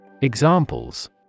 Examples